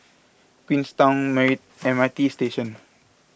Queenstown marry M R T Station